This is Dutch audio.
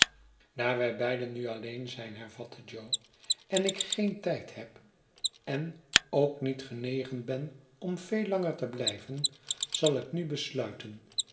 daar wij beiden nu aiieen zijn hervatte j jo en ik geen tijd heb en ook niet genegen ben om veel langei te blijven zal ik nu besluiten